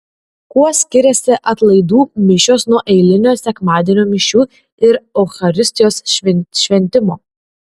kuo skiriasi atlaidų mišios nuo eilinio sekmadienio mišių ir eucharistijos šventimo